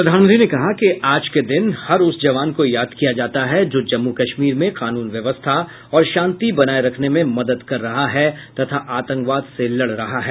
प्रधानमंत्री ने कहा कि आज के दिन हर उस जवान को याद किया जाता है जो जम्मू कश्मीर में कानून व्यवस्था और शांति बनाये रखने में मदद कर रहा है तथा आतंकवाद से लड़ रहा है